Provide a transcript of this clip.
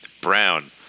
Brown